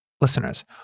Listeners